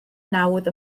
nawdd